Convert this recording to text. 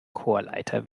chorleiter